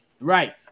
Right